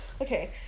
Okay